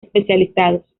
especializados